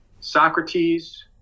Socrates